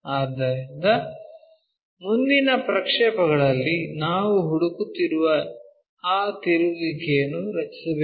ಆದ್ದರಿಂದ ಮುಂದಿನ ಪ್ರಕ್ಷೇಪಗಳಲ್ಲಿ ನಾವು ಹುಡುಕುತ್ತಿರುವ ಆ ತಿರುಗುವಿಕೆಯನ್ನು ರಚಿಸಬೇಕು